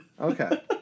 Okay